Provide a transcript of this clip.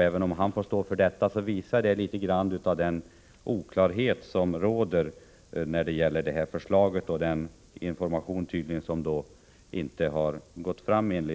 Även om han får stå för detta uttalande, visar det ändå litet av den oklarhet som råder om förslaget. Informationen har, enligt statsrådet, tydligen inte gått fram. Vad